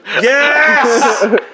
Yes